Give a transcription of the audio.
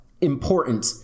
Important